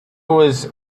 was